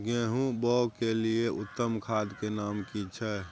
गेहूं बोअ के लिये उत्तम खाद के नाम की छै?